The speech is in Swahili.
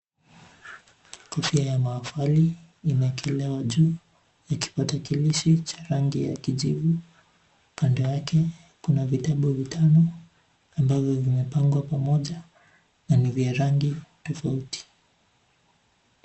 Kofia ya maafali imeekelewa juu na kipatakilishi cha rangi ya kijivu. Kando yake kuna vitabu vitano ambavyo vimepangwa pamoja na ni vya rangi tofauti.